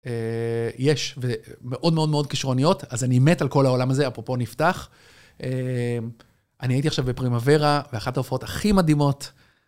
יש, ומאוד מאוד מאוד כישרוניות, אז אני מת על כל העולם הזה, אפרופו נפתח. אני הייתי עכשיו בפרימה ורה, ואחת ההופעות הכי מדהימות.